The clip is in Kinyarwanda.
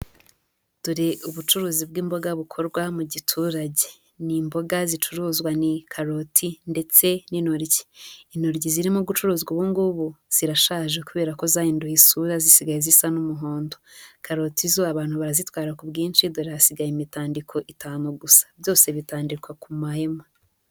Dore ubucuruzi bw'imboga bukorwa mu giturage. Ni imboga zicuruzwa ni karoti ndetse n'intoryi. Intoryi zirimo gucuruzwa ubu ngubu, zirashaje kubera ko zahinduye isura, zisigaye zisa n'umuhondo. Karoti zo abantu barazitwara ku bwinshi. Dore hasigaye imitandiko itanu gusa. Byose bitandikwa ku mahema.